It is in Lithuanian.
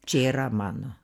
čia yra mano